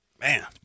Man